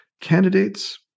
candidates